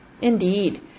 Indeed